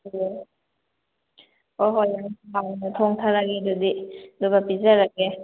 ꯑꯣ ꯑꯣ ꯍꯣꯏ ꯍꯣꯏ ꯊꯣꯡꯊꯔꯒꯦ ꯑꯗꯨꯗꯤ ꯑꯗꯨꯒ ꯄꯤꯖꯔꯒꯦ